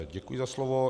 Děkuji za slovo.